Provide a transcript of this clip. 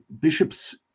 bishops